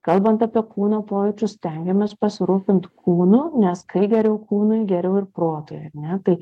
kalbant apie kūno pojūčius stengiamės pasirūpint kūnu nes kai geriau kūnui geriau ir protui ane tai